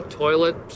toilet